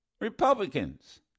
Republicans